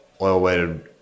oil-weighted